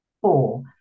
Four